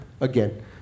again